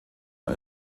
der